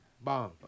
Bomb